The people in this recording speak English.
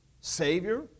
Savior